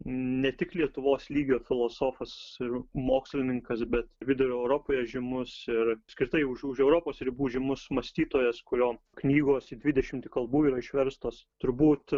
ne tik lietuvos lygio filosofas ir mokslininkas bet vidurio europoje žymus ir apskritai už už europos ribų žymus mąstytojas kurio knygos į dvidešimt kalbų yra išverstos turbūt